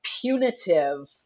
punitive